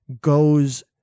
goes